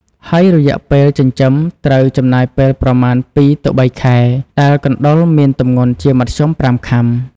ហើយរយៈពេលចិញ្ចឹមត្រូវចំណាយពេលប្រមាណ២ទៅ៣ខែ ដែលកណ្តុរមានទម្ងន់ជាមធ្យម៥ខាំ។